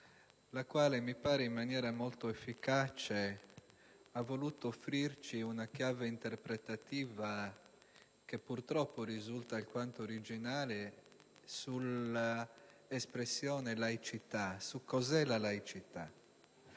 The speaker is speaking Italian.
la quale in maniera molto efficace ha voluto offrirci una chiave interpretativa, che purtroppo risulta alquanto originale, sull'espressione laicità e su cosa sia la laicità.